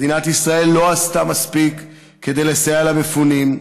מדינת ישראל לא עשתה מספיק כדי לסייע למפונים.